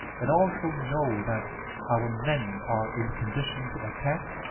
and also know that our men are in a condition to attack,